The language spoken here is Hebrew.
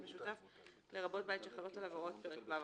"בית משותף" לרבות בית שחלות עליו הוראות פרק ו'1.